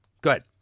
Good